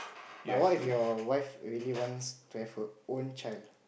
but what if your wife really wants to have her own child